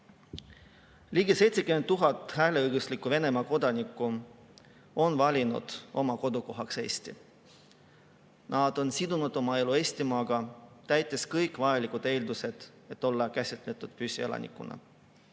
Ligi 70 000 hääleõiguslikku Venemaa kodanikku on valinud oma kodukohaks Eesti. Nad on sidunud oma elu Eestimaaga, täites kõik vajalikud eeldused, et olla käsitletud püsielanikuna.